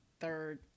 third